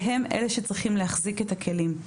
והם אלה שצריכים להחזיק את הכלים.